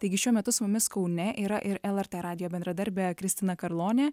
taigi šiuo metu su mumis kaune yra ir lrt radijo bendradarbė kristina karlonė